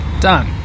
Done